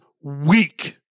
weak